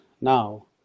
now